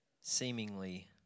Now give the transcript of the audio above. seemingly